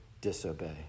disobey